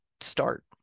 start